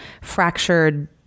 fractured